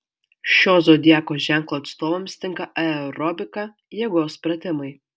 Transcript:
šio zodiako ženklo atstovams tinka aerobika jėgos pratimai